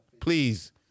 Please